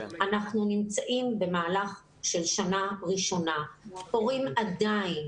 אנחנו נמצאים במהלך של שנה ראשונה וההורים עדיין